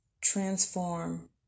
transform